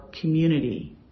community